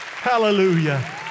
hallelujah